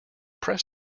press